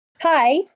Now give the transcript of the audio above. Hi